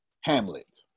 hamlet